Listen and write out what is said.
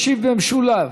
ישיב במשולב